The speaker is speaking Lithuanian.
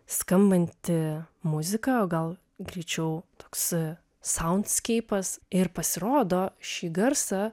skambanti muzika o gal greičiau toks saunskeipas ir pasirodo šį garsą